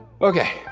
Okay